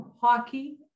Hockey